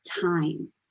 time